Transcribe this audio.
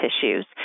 tissues